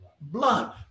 blood